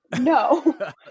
no